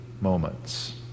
moments